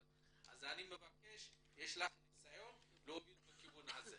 אז אני מבקש, יש לך ניסיון להוביל בכיוון הזה.